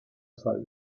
fall